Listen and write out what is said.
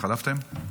התחלפתם?